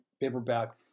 paperback